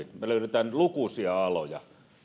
me löydämme lukuisia aloja